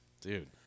dude